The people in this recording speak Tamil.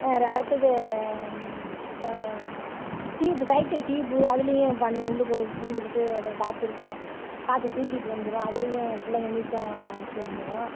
வேறு அடுத்தது ட்யூபு சைக்கிள் ட்யூபு அதுலேயும் பண்ணலாம் உள்ளுக்கு பூந்துக்கிட்டு அதில் காற்று இருக்கும் காற்று தூக்கிட்டு வந்துடும் அதுலேயும் பிள்ளைங்க நீச்சம் அடித்து வந்துடும்